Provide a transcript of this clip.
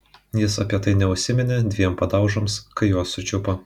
jis apie tai neužsiminė dviem padaužoms kai juos sučiupo